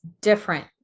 different